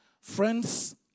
Friends